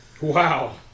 Wow